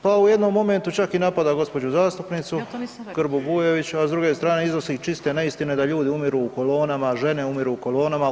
Pa u jednom momentu čak i napada gospođu zastupnicu Grbu-Bujević, a s druge strane iznosi čiste neistine da ljudi umiru u kolonama, žene umiru u kolonama.